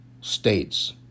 states